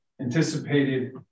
anticipated